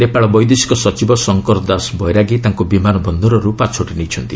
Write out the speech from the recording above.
ନେପାଳ ବୈଦେଶିକ ସଚିବ ଶଙ୍କର ଦାସ ବୈରାଗୀ ତାଙ୍କୁ ବିମାନ ବନ୍ଦରରୁ ପାଛୋଟି ନେଇଛନ୍ତି